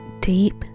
deep